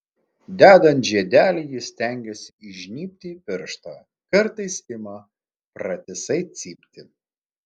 dedant žiedelį ji stengiasi įžnybti į pirštą kartais ima pratisai cypti